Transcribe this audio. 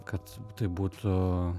kad tai būtų